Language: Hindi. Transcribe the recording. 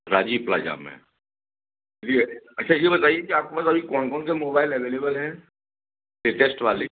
राजीव प्लाजा में अच्छा ये बताइए कि आपके पास अभी कौन कौन से मोबाइल अवेलेबल हैं लेटेस्ट वाले